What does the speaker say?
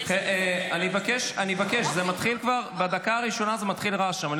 אני מבקש, מהדקה הראשונה מתחיל רעש שם.